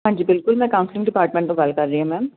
ਹਾਂਜੀ ਬਿਲਕੁਲ ਮੈਂ ਕਾਊਸਲਿੰਗ ਡਿਪਾਰਟਮੈਂਟ ਤੋਂ ਗੱਲ ਕਰ ਰਹੀ ਹ ਮੈਮ